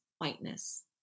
whiteness